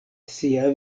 sia